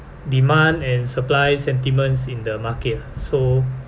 demand and supply sentiments in the market so